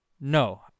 No